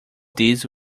these